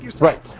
Right